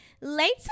later